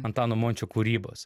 antano mončio kūrybos